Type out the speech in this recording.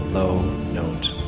low note.